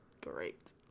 great